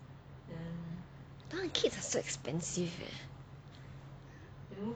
now the kids are so expensive eh